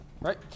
right